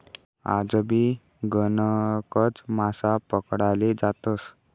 आजबी गणकच मासा पकडाले जातस